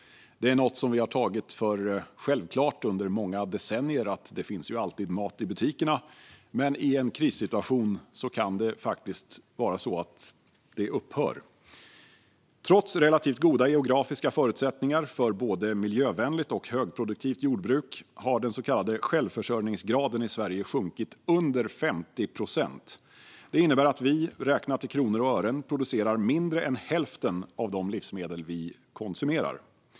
Det är något som vi har tagit för självklart under många decennier: Det finns ju alltid mat i butikerna. Men i en krissituation kan det faktiskt vara så att det upphör. Trots relativt goda geografiska förutsättningar för ett både miljövänligt och högproduktivt jordbruk har den så kallade självförsörjningsgraden i Sverige sjunkit under 50 procent. Det innebär att vi, räknat i kronor och ören, producerar mindre än hälften av de livsmedel vi konsumerar.